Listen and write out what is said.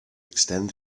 extend